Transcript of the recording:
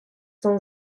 sans